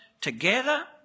together